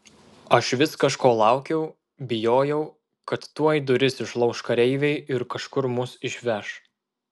aš vis kažko laukiau bijojau kad tuoj duris išlauš kareiviai ir kažkur mus išveš